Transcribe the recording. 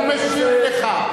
מי היה נותן לדבר כזה לקרות?